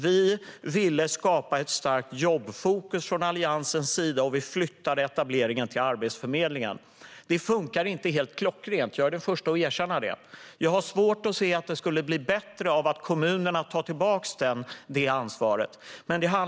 Vi ville skapa ett starkt jobbfokus från Alliansens sida, och vi flyttade etableringen till Arbetsförmedlingen. Det funkade inte helt klockrent. Jag är den förste att erkänna det. Jag har svårt att se att det skulle bli bättre av att kommunerna tar tillbaka det ansvaret.